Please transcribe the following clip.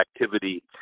activity